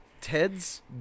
Ted's